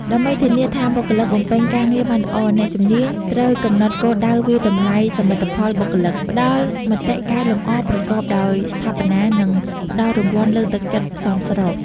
ដើម្បីធានាថាបុគ្គលិកបំពេញការងារបានល្អ អ្នកជំនាញ ត្រូវកំណត់គោលដៅ វាយតម្លៃសមិទ្ធផលបុគ្គលិក ផ្តល់មតិកែលម្អប្រកបដោយស្ថាបនា និងផ្តល់រង្វាន់លើកទឹកចិត្តសមស្រប។